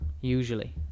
usually